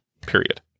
period